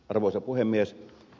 arvoisa puhemies